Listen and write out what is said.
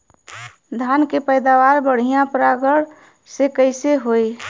धान की पैदावार बढ़िया परागण से कईसे होई?